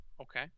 Okay